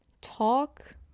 talk